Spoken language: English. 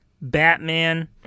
Batman